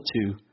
two